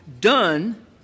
done